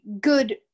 good